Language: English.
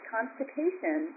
constipation